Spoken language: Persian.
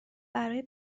برای